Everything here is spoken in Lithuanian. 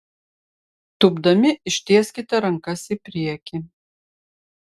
tūpdami ištieskite rankas į priekį